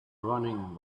running